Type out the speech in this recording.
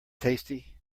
tasty